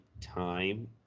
time